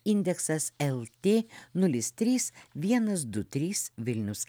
indeksas eltė nulis trys vienas du trys vilnius